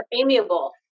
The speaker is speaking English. amiable